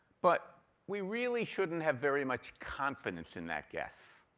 but we really shouldn't have very much confidence in that guess.